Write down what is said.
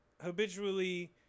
habitually